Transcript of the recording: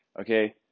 okay